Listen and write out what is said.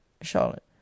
Charlotte